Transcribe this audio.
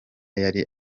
yari